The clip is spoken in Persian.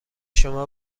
شما